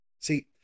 see